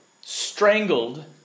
strangled